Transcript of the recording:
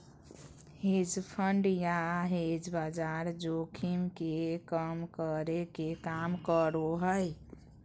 hedge fund या hedge बाजार जोखिम के कम करे के काम करो हय